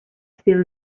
still